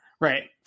right